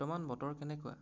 বৰ্তমান বতৰ কেনেকুৱা